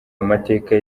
amateka